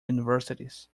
universities